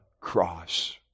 cross